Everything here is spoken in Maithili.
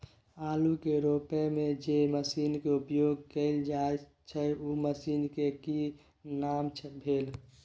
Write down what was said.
आलू के रोपय में जे मसीन के उपयोग कैल जाय छै उ मसीन के की नाम भेल?